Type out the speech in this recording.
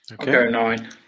okay